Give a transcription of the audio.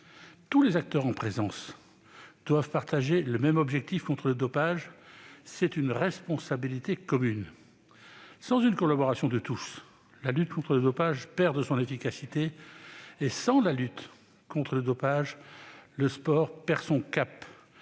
Tous les acteurs en présence doivent partager le même objectif contre le dopage. C'est une responsabilité commune. Sans la collaboration de tous, la lutte contre le dopage perd de son efficacité. Et sans la lutte contre le dopage, le sport perd son cap,